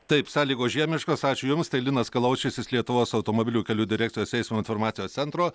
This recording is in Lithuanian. taip sąlygos žiemiškos ačiū jums tai linas kalaušis iš lietuvos automobilių kelių direkcijos eismo informacijos centro